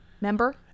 member